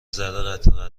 ذره٬قطره